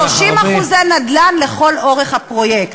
כל אחד יוכל להחזיק עד 10% ו-30% נדל"ן לכל אורך הפרויקט.